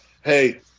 Hey